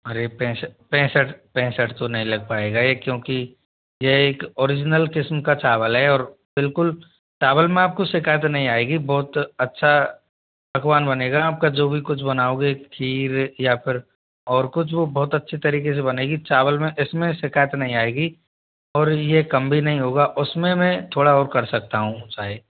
अरे पैंसठ पैसठ तो नहीं लग पाएगा ये क्योंकि यह एक ओरिजिनल किस्म का चावल है और बिल्कुल चावल में आपको शिकायत नहीं आएगी बहुत अच्छा पकवान बनेगा आपका जो भी कुछ बनाओगे खीर या फिर और कुछ वो बहुत अच्छी तरीके से बनेगी चावल में इसमें शिकायत नहीं आएगी और ये कम भी नहीं होगा उसमें मैं थोड़ा और कर सकता हूँ चाहे